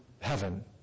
heaven